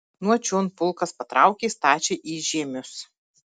nuo čion pulkas patraukė stačiai į žiemius